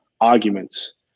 arguments